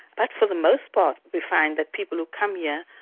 but for the most part we find that people who come yeah